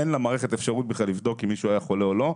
אין אפשרות למערכת לבדוק מי היה חולה או לא.